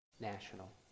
national